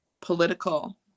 political